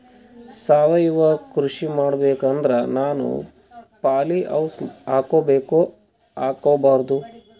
ಸಾವಯವ ಕೃಷಿ ಮಾಡಬೇಕು ಅಂದ್ರ ನಾನು ಪಾಲಿಹೌಸ್ ಹಾಕೋಬೇಕೊ ಹಾಕ್ಕೋಬಾರ್ದು?